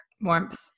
Warmth